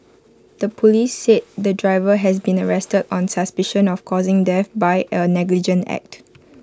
the Police said the driver has been arrested on suspicion of causing death by A negligent act